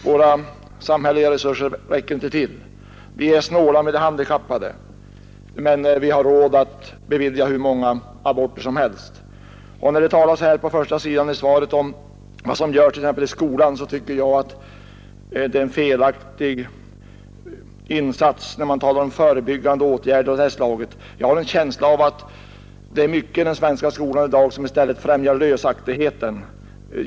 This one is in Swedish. Våra samhälleliga resurser räcker inte till. Vi är snåla mot de handikappade, men vi har råd att bevilja hur många aborter som helst. Det talas i svaret om vad som görs t.ex. i skolan, men jag tycker att det är falaktigt att lita på förebyggande insatser av detta slag. Jag har en känsla av att mycket i den svenska skolan i dag främjar lösaktigheten.